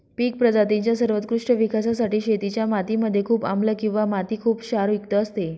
पिक प्रजातींच्या सर्वोत्कृष्ट विकासासाठी शेतीच्या माती मध्ये खूप आम्लं किंवा माती खुप क्षारयुक्त असते